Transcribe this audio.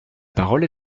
parole